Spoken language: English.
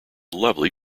lovely